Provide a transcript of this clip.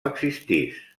existís